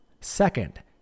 Second